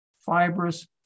fibrous